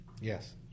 Yes